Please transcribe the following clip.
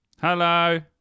hello